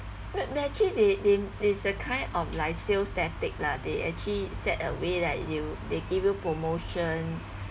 actually they they it's a kind of like sales tactic lah they actually set a way that you they give you promotion